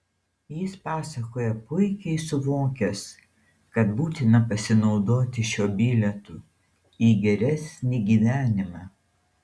jis pasakoja puikiai suvokęs kad būtina pasinaudoti šiuo bilietu į geresnį gyvenimą